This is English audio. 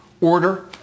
order